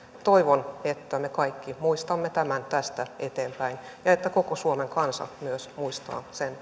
toivon että me kaikki muistamme tämän tästä eteenpäin ja että koko suomen kansa myös muistaa sen